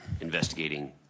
investigating